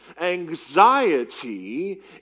anxiety